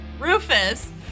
Rufus